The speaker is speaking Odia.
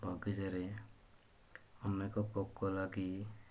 ବଗିଚାରେ ଅନେକ ପୋକ ଲାଗି